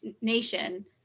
nation